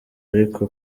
ariko